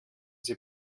sie